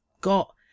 got